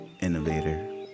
innovator